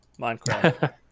Minecraft